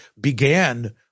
began